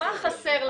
מה חסר לכם?